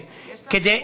יש לנו גיבוי?